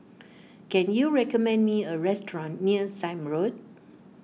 can you recommend me a restaurant near Sime Road